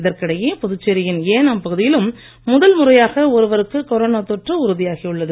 இதற்கிடையே புதுச்சேரியின் ஏனாம் பகுதியிலும் முகல் முறையாக ஒருவருக்கு கொரோனா தொற்று உறுதியாகியுள்ளது